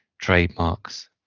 trademarks